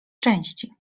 części